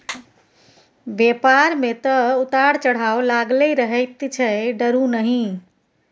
बेपार मे तँ उतार चढ़ाव लागलै रहैत छै डरु नहि